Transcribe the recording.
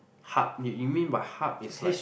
hub you you mean by hub is like